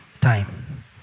time